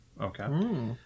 Okay